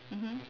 mmhmm